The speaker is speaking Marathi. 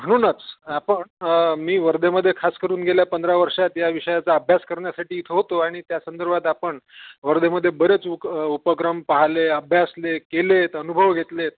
म्हणूनच आपण मी वर्धेमध्ये खास करून गेल्या पंधरा वर्षात या विषयाचा अभ्यास करण्यासाठी इथं होतो आणि त्या संदर्भात आपण वर्धेमध्ये बरेच उक उपक्रम पाहले अभ्यासले केले आहेत अनुभव घेतले आहेत